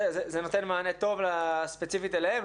זה נותן מענה טוב ספציפית אליהם,